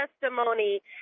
testimony